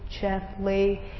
gently